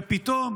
ופתאום,